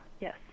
yes